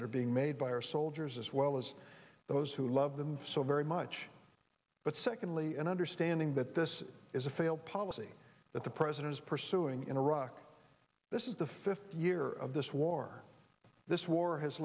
that are being made by our soldiers as well as those who love them so very much but secondly an understanding that this is a failed policy that the president is pursuing in iraq this is the fifth year of this war this war has